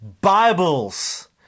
bibles